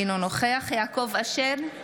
אינו נוכח יעקב אשר,